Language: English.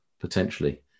potentially